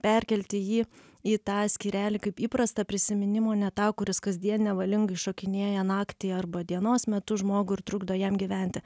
perkelti jį į tą skyrelį kaip įprastą prisiminimą o ne tą kuris kasdien nevalingai šokinėja naktį arba dienos metu žmogų ir trukdo jam gyventi